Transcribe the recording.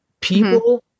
people